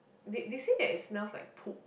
they they say that it's smell like poop